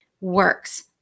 works